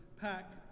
pack